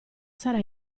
sarà